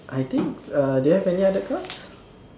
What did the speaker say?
I think uh do you have any other cards